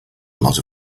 lot